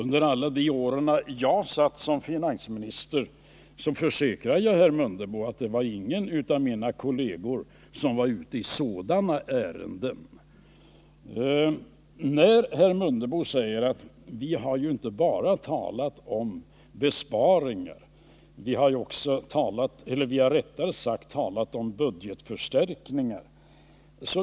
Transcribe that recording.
Jag kan försäkra herr Mundebo att under alla de år jag var finansminister var ingen av mina regeringskolleger ute i sådana ärenden. Herr Mundebo påpekar att han inte bara har talat om besparingar utan också om budgetförstärkningar.